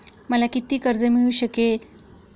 मला किती कर्ज मिळू शकते?